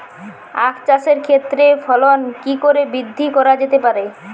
আক চাষের ক্ষেত্রে ফলন কি করে বৃদ্ধি করা যেতে পারে?